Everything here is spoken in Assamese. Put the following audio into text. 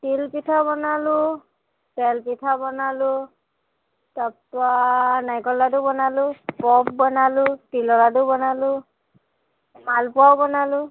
তিল পিঠা বনালো তেল পিঠা বনালো তাৰ পৰা নাৰিকল লাডু বনালো পপ বনালো তিলৰ লাডু বনালো মালপোৱাও বনালো